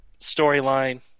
storyline